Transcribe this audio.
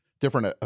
different